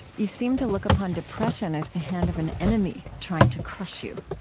you seem to look upon depression as the hand of an enemy trying to crush you.